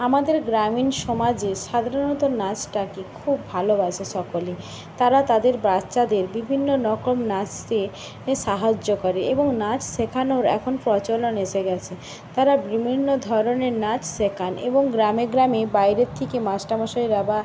আমাদের গ্রামীণ সমাজে সাধারণত নাচটাকে খুব ভালোবাসে সকলে তারা তাদের বাচ্চাদের বিভিন্ন রকম নাচতে এ সাহায্য করে এবং নাচ শেখানোর এখন প্রচলন এসে গেছে তারা বিভিন্ন ধরনের নাচ শেখান এবং গ্রামে গ্রামে বাইরের থেকে মাস্টারমশাইরা বা